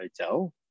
hotel